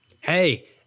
Hey